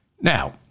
Now